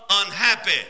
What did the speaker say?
unhappy